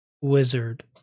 Wizard